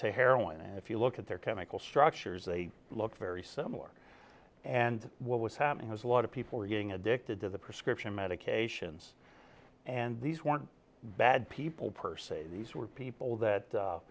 to heroin and if you look at their chemical structures they look very similar and what was happening was a lot of people were getting addicted to the prescription medications and these weren't bad people per se these were people that